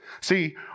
See